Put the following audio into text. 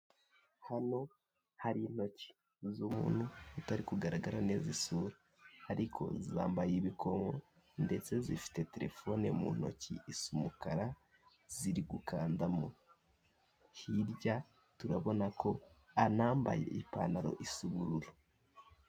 Hano hari intoki z'umuntu utari kugaragara neza isura, ariko zambaye ibikomo ndetse zifite telefone mu ntoki isa umukara ziri gukanda mo. Hirya turabona ko anambaye ipantaro isa ubururu.